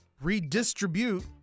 redistribute